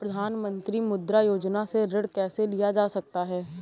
प्रधानमंत्री मुद्रा योजना से ऋण कैसे लिया जा सकता है?